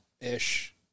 ish